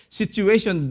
situation